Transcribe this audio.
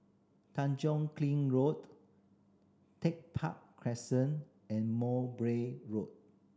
Tanjong Kling Road Tech Park Crescent and Mowbray Road